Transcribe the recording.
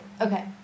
Okay